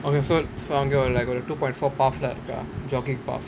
okay so அங்க ஒரு:anga oru like two point four path தான் இருக்கா:thaan irukkaa jogging path